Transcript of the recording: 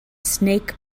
snake